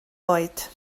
oed